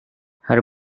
her